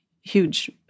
huge